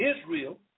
Israel